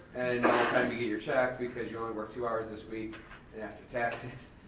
um you get your check, because you only work two hours this week and after taxes,